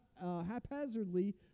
haphazardly